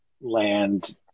land